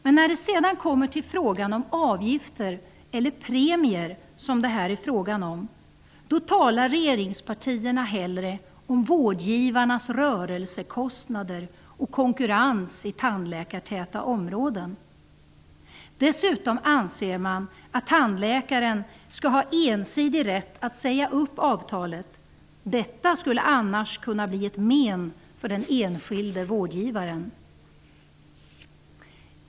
Men när det kommer till frågan om avgifter eller premier, som det här är frågan om, talar regeringspartierna hellre om vårdgivarnas rörelsekostnader och konkurrens i tandläkartäta områden. Dessutom anser man att tandläkaren skall ha ensidig rätt att säga upp avtalet. Detta skulle annars kunna bli till ett men för den enskilde vårdgivaren.